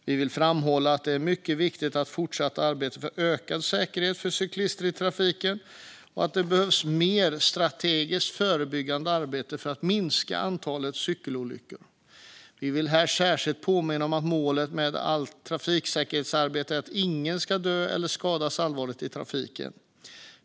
Vi vill framhålla att det är mycket viktigt att fortsätta arbetet för en ökad säkerhet för cyklister i trafiken och att det behövs mer strategiskt förebyggande arbete för att minska antalet cykelolyckor. Vi vill här särskilt påminna om att målet med allt trafiksäkerhetsarbete är att ingen ska dö eller skadas allvarligt i trafiken.